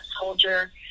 soldier